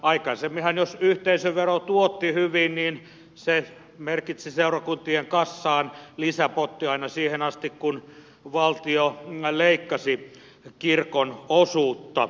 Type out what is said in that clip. aikaisemminhan jos yhteisövero tuotti hyvin se merkitsi seurakuntien kassaan lisäpottia aina siihen asti kun valtio leikkasi kirkon osuutta